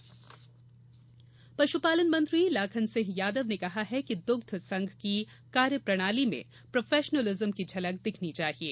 पशुपालन पशुपालन मंत्री लाखन सिंह यादव ने कहा है कि दुग्ध संघ की कार्य प्रणाली में प्रोफेशनलिज्म की झलक दिखनी चाहिये